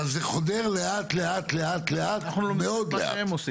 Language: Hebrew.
זה חודר לאט לאט לאט לאט מאוד לאט.